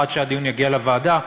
עד שהדיון יגיע לוועדה,